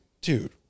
dude